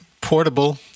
Portable